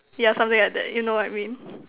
yeah something like that you know what I mean